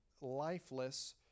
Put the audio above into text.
lifeless